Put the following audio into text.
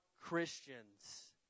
Christians